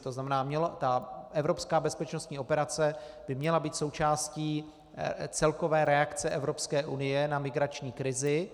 To znamená ta evropská bezpečnostní operace by měla být součástí celkové reakce Evropské unie na migrační krizi.